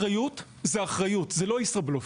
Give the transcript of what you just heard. אחריות זה אחריות, זה לא "ישראבלוף".